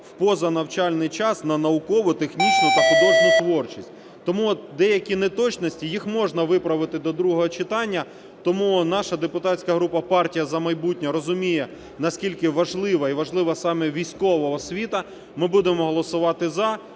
в поза навчальний час на науково-технічну та художню творчість. Тому деякі неточності, їх можна виправити до другого читання. Тому наша депутатська група "Партія "За майбутнє" розуміє, наскільки важлива і важлива саме військова освіта, ми будемо голосувати "за".